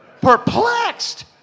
perplexed